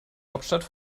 hauptstadt